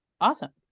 awesome